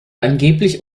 angeblich